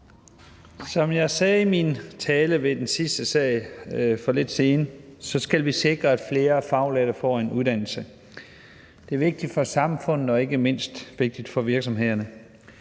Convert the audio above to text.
Som jeg sagde i min tale ved den sidste sag for lidt siden, skal vi sikre, at flere faglærte får en uddannelse. Det er vigtigt for samfundet, og det er ikke mindst for virksomhederne,